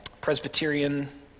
Presbyterian